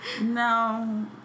No